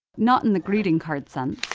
not in the greeting card sense,